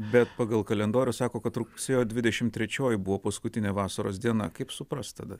bet pagal kalendorių sako kad rugsėjo dvidešim trečioji buvo paskutinė vasaros diena kaip suprast tada